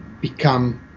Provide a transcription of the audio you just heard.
become